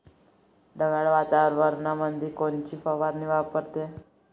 ढगाळ वातावरणामंदी कोनची फवारनी कराव?